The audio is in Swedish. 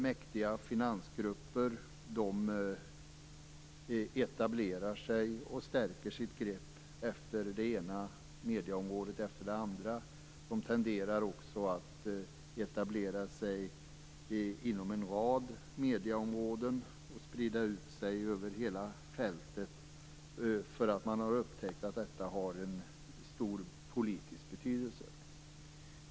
Mäktiga finansgrupper etablerar sig och stärker sitt grepp på det ena medieområdet efter det andra. De tenderar också att etablera sig inom en rad medieområden och sprida ut sig över hela fältet, eftersom man har upptäckt att detta har en stor politisk betydelse.